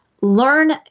learn